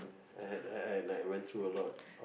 I had I had like went through a lot